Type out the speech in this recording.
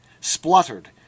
spluttered